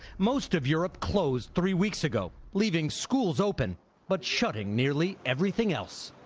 most of europe closed three weeks ago leaving schools open but shutting nearly everything else.